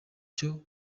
cyo